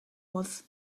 was